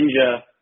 ninja